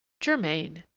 germain,